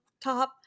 top